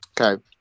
Okay